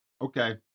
Okay